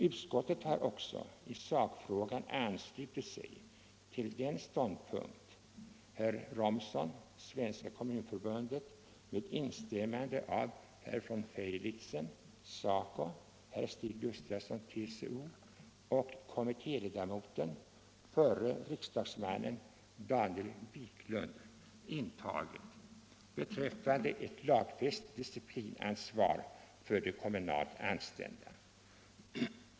Utskottet har i sakfrågan också anslutit sig till den ståndpunkt som herr Romson, Svenska kommunförbundet, med instämmande av herr von Feilitzen, SACO, herr Stig Gustafsson, TCO, och kommitté ledamoten, förre riksdagsmannen Daniel Wiklund intagit beträffande ett lagfäst disciplinansvar för de kommunalt anställda.